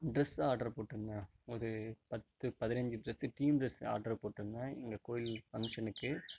dress order போட்யிருந்தோம் ஒரு பத்து பதினஞ்சு டிரஸ் டீம் டிரஸ்சு ஆர்ட்ரு போட்யிருந்தோம் இங்கே கோயில் ஃபங்சனுக்கு